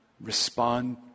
Respond